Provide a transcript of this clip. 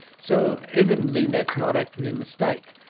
so evidently that's not actually a mistake.